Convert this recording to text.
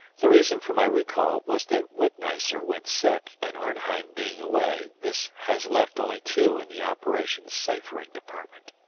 the reason for my recall was that witneisser went sick and arnheim being away, this has left only two in the operations ciphering department.